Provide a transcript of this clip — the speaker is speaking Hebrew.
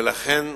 ולכן,